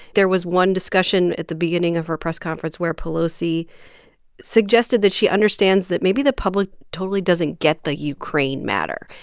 there was one discussion at the beginning of her press conference where pelosi suggested that she understands that maybe the public totally doesn't get the ukraine matter.